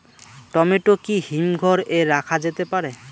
Tomato কি হিমঘর এ রাখা যেতে পারে?